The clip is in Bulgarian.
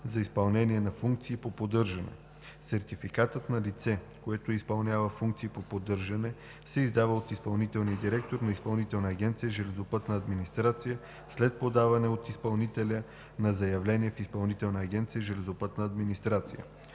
за изпълнение на функции по поддържане. Сертификатът на лице, което изпълнява функции по поддържане, се издава от изпълнителния директор на Изпълнителна агенция